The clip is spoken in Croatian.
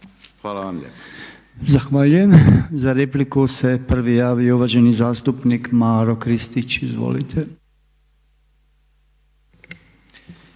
Robert (MOST)** Zahvaljujem. Za repliku se prvi javio uvaženi zastupnik Maro Kristić. Izvolite.